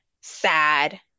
sad